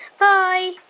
bye